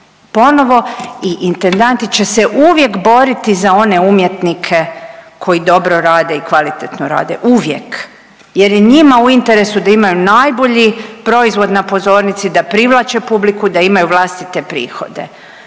ponovo i intendanti će se uvijek boriti za one umjetnike koji dobro rade i kvalitetno rade, uvijek jer je njima u istresu da imaju najbolji proizvod na pozornici, da privlače publiku, da imaju vlastite prihode.